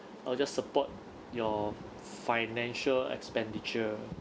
I'd just support your financial expenditure